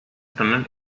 tunnel